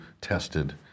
tested